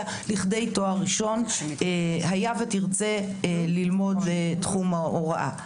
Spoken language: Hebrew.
לכדי תואר ראשון היה ותרצה ללמוד בתחום ההוראה.